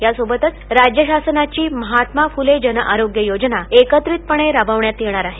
या सोबतच राज्य शासनाची महात्मा फुले जनआरोय्य योजना एकत्रितपणे राबविण्यात येणार आहे